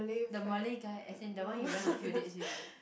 the Malay guy as in the one you went on a few dates with ah